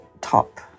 top